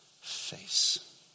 face